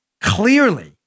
clearly